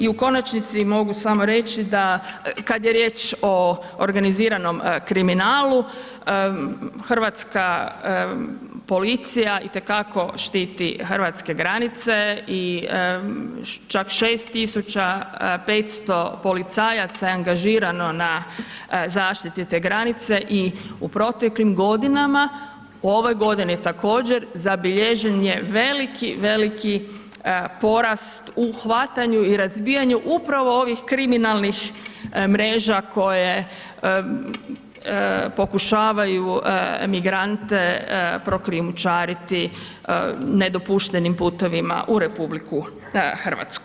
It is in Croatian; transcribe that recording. I u konačnici mogu samo reći da kad je riječ o organiziranom kriminalu, hrvatska policija itekako štiti hrvatske granice i čak 6500 policajaca je angažirano na zaštiti te granice i u proteklim godinama, u ovoj godini također, zabilježen je veliki, veliki porast u hvatanju i razbijanju upravo ovih kriminalnih mreža koje pokušavaju migrante prokrijumčariti nedopuštenim putevima u RH.